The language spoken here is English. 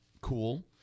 cool